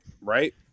right